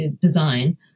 design